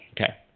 Okay